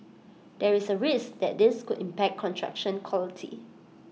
there is A risk that this could impact construction quality